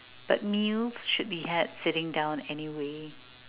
but meals should be had sitting down anyway